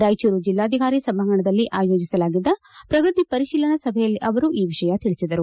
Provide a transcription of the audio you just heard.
ರಾಯಚೂರು ಜಿಲ್ಲಾಧಿಕಾರಿ ಸಭಾಂಗಣದಲ್ಲಿ ಆಯೋಜಿಸಲಾಗಿದ್ದ ಪ್ರಗತಿ ಪರಿತೀಲನಾ ಸಭೆಯಲ್ಲಿ ಅವರು ಈ ವಿಷಯ ತಿಳಿಸಿದರು